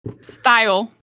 style